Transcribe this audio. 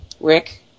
Rick